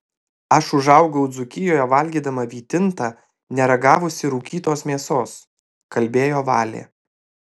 aš užaugau dzūkijoje valgydama vytintą neragavusi rūkytos mėsos kalbėjo valė